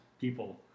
people